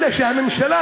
אלא שהממשלה,